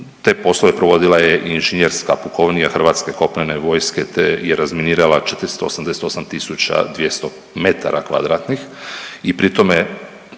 te poslove provodila je Inženjerijska pukovnija Hrvatske kopnene vojske te i razminirala 488 200 m2